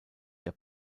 der